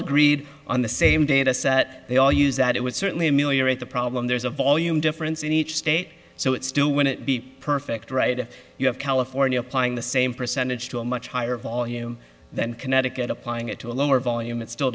agreed on the same dataset they all use that it was certainly a million at the problem there's a volume difference in each state so it still wouldn't be perfect right if you have california applying the same percentage to a much higher volume than connecticut applying it to a lower volume it still